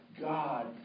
God